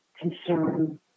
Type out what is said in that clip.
concern